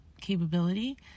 capability